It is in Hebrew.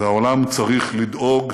והעולם צריך לדאוג